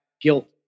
guilt